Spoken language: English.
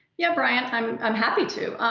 yeah, bryan, i'm um happy to.